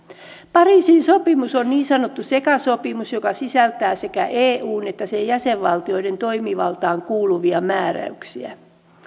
pariisin sopimus on niin sanottu sekasopimus joka sisältää sekä eun että sen jäsenvaltioiden toimivaltaan kuuluvia määräyksiä